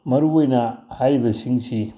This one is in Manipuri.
ꯃꯔꯨꯑꯣꯏꯅ ꯍꯥꯏꯔꯤꯕꯁꯤꯡꯁꯤ